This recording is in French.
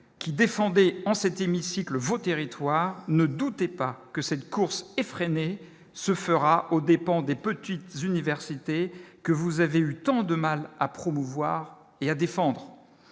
qui défendait en c'était 1000 cycle vos territoire ne doutez pas que cette course effrénée se fera aux dépens des petites universités que vous avez eu tant de mal à promouvoir et à défendre